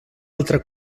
altra